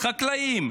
חקלאים,